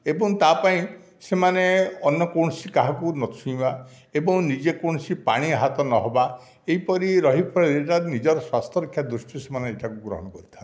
ଏବଂ ତା' ପାଇଁ ସେମାନେ ଅନ୍ୟ କୌଣସି କାହାକୁ ନ ଛୁଇଁବା ଏବଂ ନିଜେ ଯେକୌଣସି ପାଣି ହାତ ନ ହେବା ଏହିପରି ରହି ଫଳରେ ନିଜର ସ୍ୱାସ୍ଥ୍ୟ ରକ୍ଷା ଦୃଷ୍ଟିରେ ସେମାନେ ଏଇଟାକୁ ଗ୍ରହଣ କରିଥାନ୍ତି